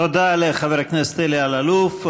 תודה לחבר הכנסת אלי אלאלוף.